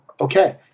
Okay